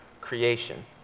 creation